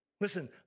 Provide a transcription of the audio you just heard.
Listen